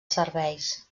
serveis